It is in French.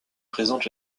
présente